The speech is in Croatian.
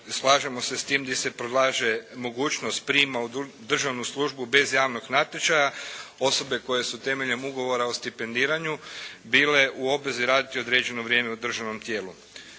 slažemo se s tim di se predlaže mogućnost prijema u državnu službu bez javnog natječaja osobe koje su temeljem ugovora o stipendiranju bile u obvezi raditi određeno vrijeme u državnom tijelu.